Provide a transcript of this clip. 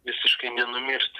visiškai nenumirti